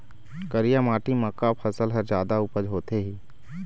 करिया माटी म का फसल हर जादा उपज होथे ही?